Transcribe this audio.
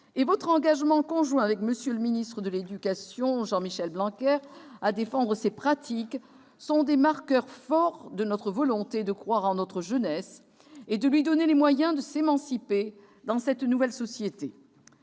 votre engagement conjoint avec M. Jean-Michel Blanquer, ministre de l'éducation nationale, à défendre ces pratiques sont des marqueurs forts de notre volonté de croire en notre jeunesse et de lui donner les moyens de s'émanciper dans cette nouvelle société.